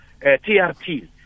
TRT